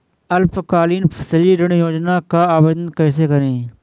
अल्पकालीन फसली ऋण योजना का आवेदन कैसे करें?